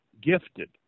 gifted